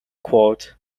quote